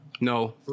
No